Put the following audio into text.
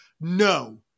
no